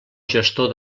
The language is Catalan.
gestor